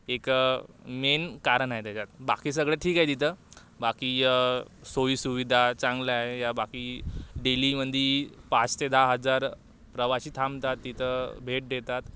एक मेन कारण आहे त्याच्यात बाकी सगळं ठीक आहे तिथं बाकी सोयीसुविधा चांगला आहे या बाकी डेलीमध्ये पाच ते दहा हजार प्रवासी थांबतात तिथं भेट देतात